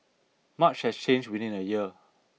much has changed within a year